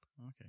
okay